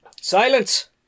Silence